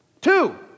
Two